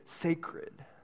sacred